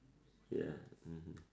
ya mmhmm